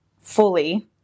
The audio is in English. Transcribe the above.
fully